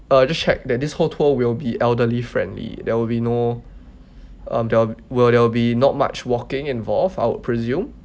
uh just check that this whole tour will be elderly friendly there will be no um there will there will be not much walking involved I would presume